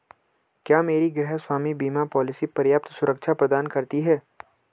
क्या मेरी गृहस्वामी बीमा पॉलिसी पर्याप्त सुरक्षा प्रदान करती है?